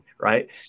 right